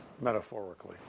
metaphorically